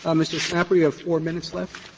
um mr. schnapper you have four minutes left.